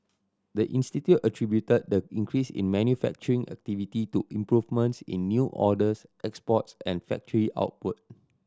the institute attributed the increase in manufacturing activity to improvements in new orders exports and factory output